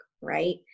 right